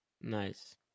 Nice